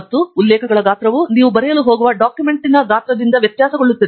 ಮತ್ತು ಉಲ್ಲೇಖಗಳ ಗಾತ್ರವು ನೀವು ಬರೆಯಲು ಹೋಗುವ ಡಾಕ್ಯುಮೆಂಟ್ನ ಗಾತ್ರದಿಂದ ವ್ಯತ್ಯಾಸಗೊಳ್ಳುತ್ತದೆ